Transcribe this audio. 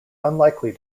unlikely